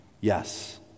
Yes